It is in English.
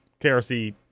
KRC